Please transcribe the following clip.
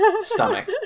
stomach